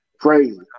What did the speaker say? Crazy